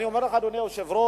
אני אומר לך, אדוני היושב-ראש,